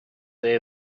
day